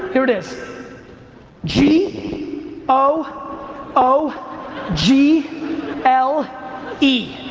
here it is g o o g l e.